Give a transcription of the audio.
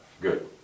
good